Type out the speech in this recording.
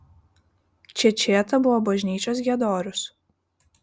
čečėta buvo bažnyčios giedorius